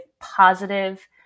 positive